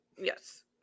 Yes